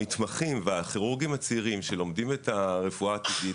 המתמחים והכירורגים הצעירים שלומדים את הרפואה העתידית,